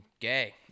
gay